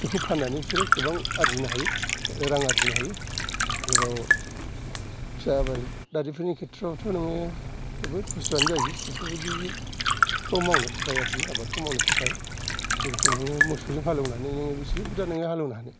बिखौ फाननानै बिसोरो गोबां आरजिनो हायो रां आरजिनो हायो आरोबाव फिसा आबादारिफोरनि खेथ्रआवथ' नोङो जोबोत खस्थ' आनो जायो बेफोरबादिखौ मावनो थाखाय आरखि आबादखौ मावनो थाखाय जेरखम नोङो मोसौजों हालौनानै बेसे बुरजा हालौनो हानो